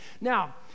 Now